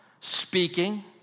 speaking